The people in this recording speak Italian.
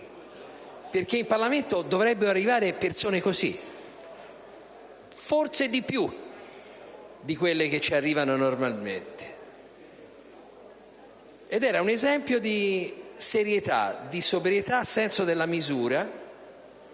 perché in Parlamento dovrebbero arrivare persone così, forse di più di quelle che ci arrivano normalmente. Era un esempio di serietà, di sobrietà, senso della misura